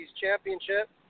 championship